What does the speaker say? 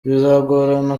bizagorana